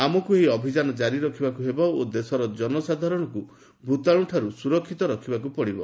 ଆମକୁ ଏହି ଅଭିଯାନ କାରି ରଖିବାକୁ ହେବ ଓ ଦେଶର ଜନସାଧାରଣଙ୍କୁ ଭୂତାଣୁ ଠାରୁ ସୁରକ୍ଷିତ ରଖିବାକୁ ପଡ଼ିବ